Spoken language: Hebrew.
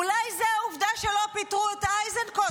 אולי זו העובדה שלא פיטרו את איזנקוט,